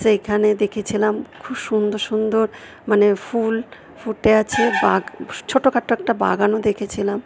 সেখানে দেখেছিলাম খুব সুন্দর সুন্দর মানে ফুল ফুটে আছে বাগান ছোট্ট খাট্ট একটা বাগানও দেখেছিলাম